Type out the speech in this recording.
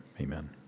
Amen